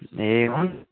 ए हुन्छ